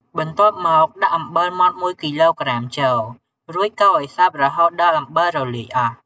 បន្ទាប់មកដាក់អំបិលម៉ដ្ឋ ១ គីឡូក្រាម ចូល រួចកូរឲ្យសព្វរហូតដល់អំបិលរលាយអស់។